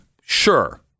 Sure